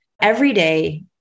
everyday